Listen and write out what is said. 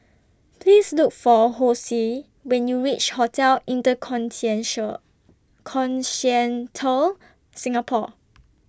Please Look For Hosea when YOU REACH Hotel Inter Continental Singapore